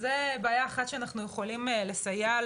זו בעיה אחת שאנחנו יכולים לסייע,